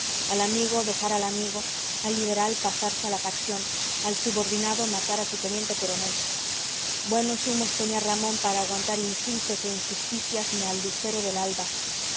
al amigo dejar al amigo al liberal pasarse a la facción al subordinado matar a su teniente coronel buenos humos tenía ramón para aguantar insultos e injusticias ni al lucero del alba